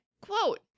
Quote